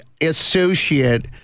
associate